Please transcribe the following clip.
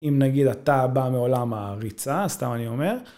אם נגיד אתה בא מעולם העריצה, סתם אני אומר.